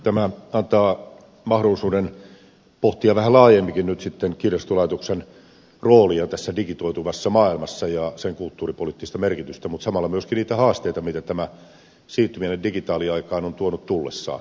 tämä antaa mahdollisuuden pohtia vähän laajemminkin nyt sitten kirjastolaitoksen roolia tässä digitoituvassa maailmassa ja sen kulttuuripoliittista merkitystä mutta samalla myöskin niitä haasteita mitä siirtyminen digitaaliaikaan on tuonut tullessaan